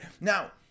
now